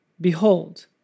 behold